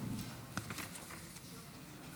כדי לקבל החלטה לא סבירה.